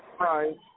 Right